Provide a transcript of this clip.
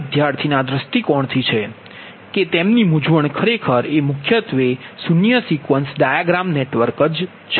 આ વિદ્યાર્થીના દૃષ્ટિકોણથી છે કે તેમની મૂંઝવણ ખરેખર એ મુખ્યત્વે તમારું શૂન્ય સિક્વન્સ ડાયાગ્રામ નેટવર્ક છે